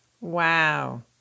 Wow